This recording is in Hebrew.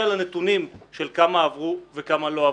על הנתונים של כמה עברו וכמה לא עברו.